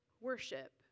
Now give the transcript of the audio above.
worship